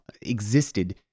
existed